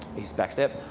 just backstep.